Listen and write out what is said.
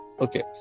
Okay